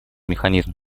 механизм